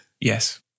Yes